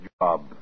job